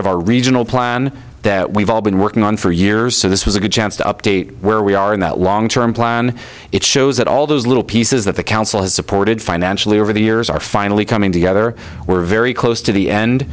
of our regional plan that we've all been working on for years so this was a good chance to update where we are in that long term plan it shows that all those little pieces that the council has supported financially over the years are finally coming together we're very close to the end